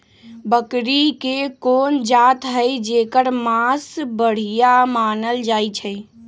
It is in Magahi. बकरी के कोन जात हई जेकर मास बढ़िया मानल जाई छई?